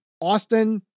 Austin